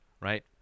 right